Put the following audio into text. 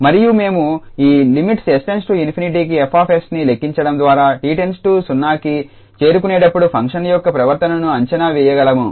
మరియు మేము ఈ లిమిట్ 𝑠→∞ 𝑠 F𝑠ని లెక్కించడం ద్వారా 𝑡→ 0కి చేరుకునేటప్పుడు ఫంక్షన్ యొక్క ప్రవర్తనను అంచనా వేయగలము